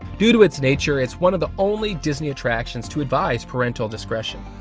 due to its nature, its one of the only disney attractions to advise parental discretion.